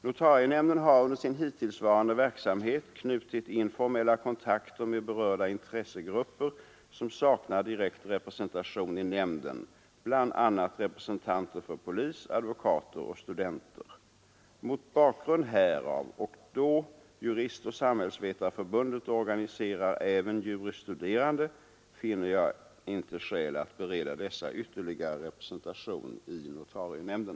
Notarienämnden har under sin hittillsvarande verksamhet knutit informella kontakter med berörda intressegrupper, som saknar direkt representation i nämnden, bl.a. representanter för polis, advokater och studenter. Mot bakgrund härav och då Juristoch samhällsvetareförbundet organiserar även juris studerande finner jag ej skäl att bereda dessa ytterligare representation i notarienämnden.